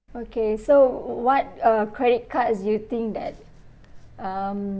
okay so what uh credit cards do you think that um